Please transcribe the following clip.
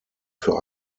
für